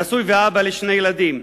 נשוי ואבא לשני ילדים,